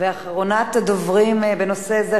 אחרונת הדוברים בנושא זה,